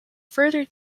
further